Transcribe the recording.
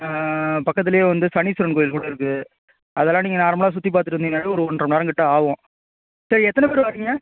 பக்கத்துலேயே வந்து சனீஸ்வரன் கோயில் கூட இருக்குது அதெல்லாம் நீங்கள் நார்மலாக சுற்றிப் பார்த்துட்டு வந்தீங்கன்னாகவே ஒரு ஒன்றை மணி நேரம் கிட்ட ஆகும் சரி எத்தனை பேர் வரீங்க